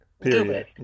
period